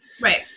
Right